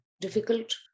difficult